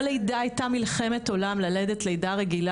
כל לידה הייתה מלחמת עולם ללדת רגיל.